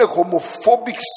homophobic